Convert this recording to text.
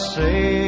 say